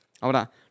Ahora